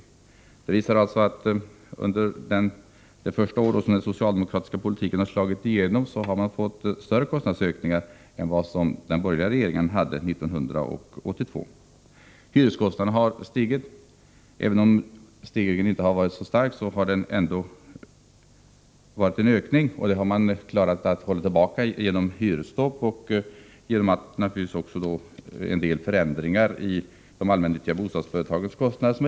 Dessa siffror visar alltså att kostnadsökningarna under det första året som den socialdemokratiska politiken slog igenom var större än den var 1982 då vi hade borgerlig regering. Hyreskostnaderna har också stigit. Även om ökningen inte varit särskilt stor, är det fråga om en ökning. Man har dock klarat av att hålla tillbaka en alltför stor stegring genom att införa hyresstopp och genom att åstadkomma en del förändringar i fråga om de allmännyttiga bostadsföretagens kostnader.